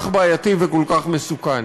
הוא כל כך בעייתי וכל כך מסוכן.